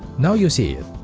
now you see it